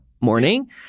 morning